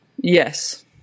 yes